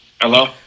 Hello